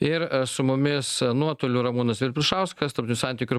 ir su mumis nuotoliu ramūnas vilpišauskas santykių ir